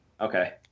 Okay